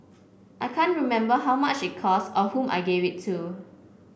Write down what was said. I can't remember how much it costs or whom I gave it to